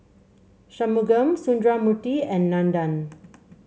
Shunmugam Sundramoorthy and Nandan